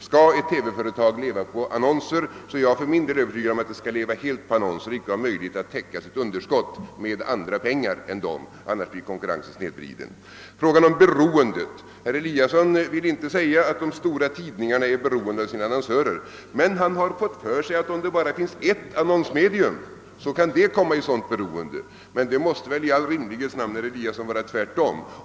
Skall ett TV-företag leva på annonser är jag för min del övertygad om att det bör leva helt på annonser och inte ha möjlighet att täcka sitt underskott med andra pengar, ty annars blir konkurrensen snedvriden. Vad beträffar frågan om beroendet vill herr Eliasson i Sundborn inte säga, att de stora tidningarna är beroende av sina annonsörer, men han har fått för sig, att om det bara finns ett annonsmedium kan det komma i ett sådant beroende. Men det måste väl i all rimlighets namn, herr Eliasson, vara tvärtom.